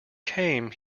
came